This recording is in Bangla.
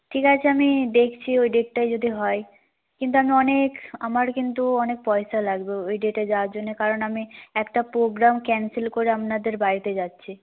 ঠিক আছে আমি দেখছি ওই ডেটটায় যদি হয় কিন্তু আমি অনেক আমার কিন্তু অনেক পয়সা লাগবে ওই ডেটে যাওয়ার জন্য কারণ আমি একটা প্রোগ্রাম ক্যানসেল করে আপনাদের বাড়িতে যাচ্ছি